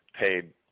paid